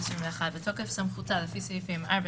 התשפ"ב 2021 בתוקף סמכותה לפי סעיפים 4,